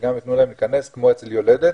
שגם יתנו להם להיכנס כמו אצל יולדת,